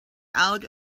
out